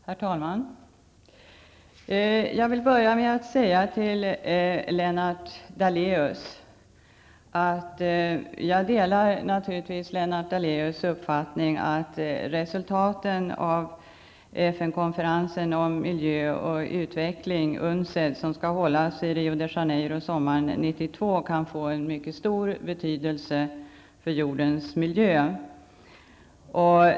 Herr talman! Jag vill börja med att säga till Lennart Daléus att jag naturligtvis delar hans uppfattning, att resultaten av FN-konferensen om miljö och utveckling, UNCED, som skall hållas i Rio de Janeiro sommaren 1992, kan få en mycket stor betydelse för jordens miljö.